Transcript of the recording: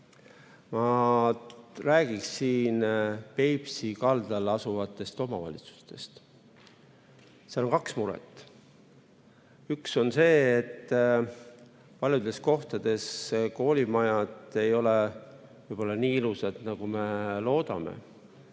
Ma räägin siin Peipsi kaldal asuvatest omavalitsustest. Seal on mitu muret. Üks on see, et paljudes kohtades ei ole koolimajad võib-olla nii ilusad, nagu me loodame.